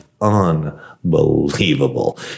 unbelievable